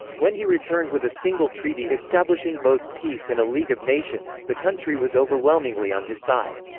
when he returned with a single treaty establishing both peace and a league of nations, the country was overwhelmingly on his side.